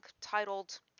titled